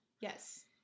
Yes